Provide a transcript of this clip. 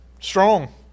strong